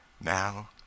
Now